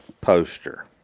poster